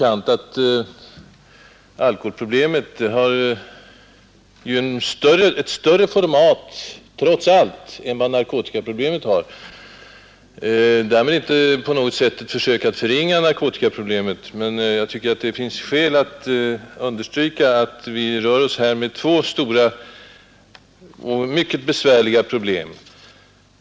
Alkoholproblemet har ju dock ett större format, trots allt, än vad narkotikaproblemet har. Därmed vill jag inte på något sätt förringa narkotikaproblemet, men jag tycker det finns skäl att understryka att vi här rör oss med två stora och mycket besvärliga problem.